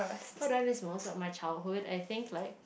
what do I miss most of my childhood I think like